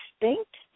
extinct